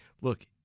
Look